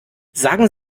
sagen